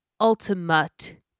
ultimate